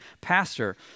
pastor